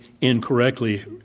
incorrectly